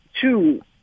two